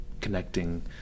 connecting